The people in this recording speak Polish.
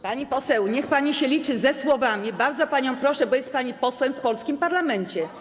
Pani poseł, niech się pani liczy ze słowami, bardzo panią proszę, bo jest pani posłem w polskim parlamencie.